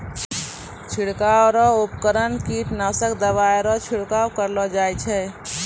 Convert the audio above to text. छिड़काव रो उपकरण कीटनासक दवाइ रो छिड़काव करलो जाय छै